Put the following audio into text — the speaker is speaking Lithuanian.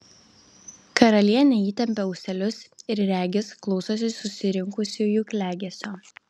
karalienė įtempia ūselius ir regis klausosi susirinkusiųjų klegesio